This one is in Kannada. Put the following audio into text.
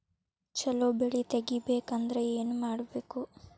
ಛಲೋ ಬೆಳಿ ತೆಗೇಬೇಕ ಅಂದ್ರ ಏನು ಮಾಡ್ಬೇಕ್?